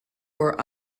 were